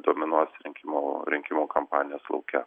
dominuos rinkimų rinkimų kampanijos lauke